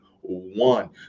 one